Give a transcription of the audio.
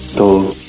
to